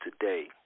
today